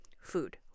food